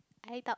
I doubt